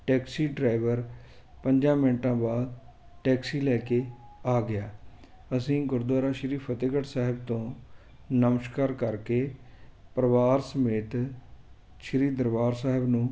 taxi driver ਪੰਜਾਂ ਮਿੰਟਾਂ ਬਾਅਦ ਟੈਕਸੀ ਲੈ ਕੇ ਆ ਗਿਆ ਅਸੀਂ ਗੁਰਦੁਆਰਾ ਸ਼੍ਰੀ ਫਤਿਹਗੜ੍ਹ ਸਾਹਿਬ ਤੋਂ ਨਮਸਕਾਰ ਕਰਕੇ ਪਰਿਵਾਰ ਸਮੇਤ ਸ਼੍ਰੀ ਦਰਬਾਰ ਸਾਹਿਬ ਨੂੰ